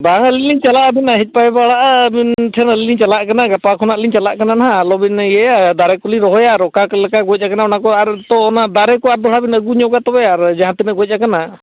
ᱵᱟᱝᱟ ᱟᱹᱞᱤᱧ ᱞᱤᱧ ᱪᱟᱞᱟᱜᱼᱟ ᱟᱹᱵᱤᱱ ᱵᱟᱲᱟᱜᱼᱟ ᱟᱹᱵᱤᱱ ᱴᱷᱮᱱ ᱟᱹᱞᱤᱧ ᱞᱤᱧ ᱪᱟᱞᱟᱜ ᱠᱟᱱᱟ ᱜᱟᱯᱟ ᱠᱷᱚᱱᱟᱜ ᱞᱤᱧ ᱪᱟᱞᱟᱜ ᱠᱟᱱᱟ ᱱᱟᱦᱟᱜ ᱟᱞᱚᱵᱤᱱ ᱤᱭᱟᱹᱭᱟ ᱫᱟᱨᱮ ᱠᱚᱞᱤᱧ ᱨᱚᱦᱚᱭᱟ ᱟᱨ ᱚᱠᱟ ᱞᱮᱠᱟ ᱜᱚᱡ ᱠᱟᱱᱟ ᱚᱱᱟ ᱠᱚ ᱟᱨ ᱛᱚ ᱚᱱᱟ ᱫᱟᱨᱮ ᱠᱚ ᱟᱨ ᱫᱚᱦᱲᱟ ᱵᱤᱱ ᱟᱹᱜᱩ ᱧᱚᱜᱟ ᱛᱚᱵᱮ ᱟᱨ ᱡᱟᱦᱟᱸ ᱛᱤᱱᱟᱹᱜ ᱜᱚᱡ ᱠᱟᱱᱟ